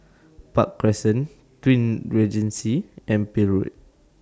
Park Crescent Twin Regency and Peel Road